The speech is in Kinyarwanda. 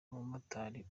umumotari